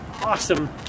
awesome